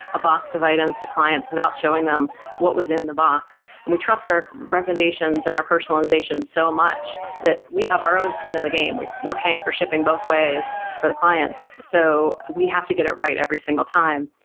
a box of items to clients without showing them what was in the box. and we trust our recommendations and our personalization so much that we have our own skin in the game. we're paying for shipping both ways for the clients, so we have to get it right every single time.